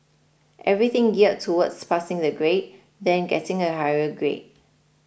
everything geared towards passing the grade then getting a higher grade